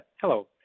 Hello